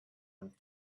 went